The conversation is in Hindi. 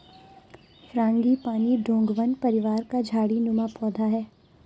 फ्रांगीपानी डोंगवन परिवार का झाड़ी नुमा पौधा है